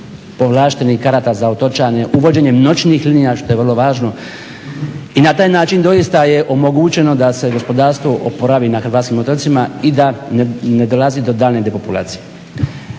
povlaštenih karata za otočane, uvođenjem noćnih linija što je vrlo važno i na taj način doista je omogućeno je da se gospodarstvo oporavi na hrvatskim otocima i da ne dolazi do daljnje depopulizacije.